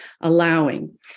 allowing